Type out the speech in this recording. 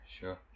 sure